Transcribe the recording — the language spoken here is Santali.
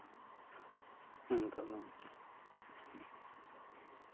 ᱱᱤᱛᱳᱜ ᱫᱚ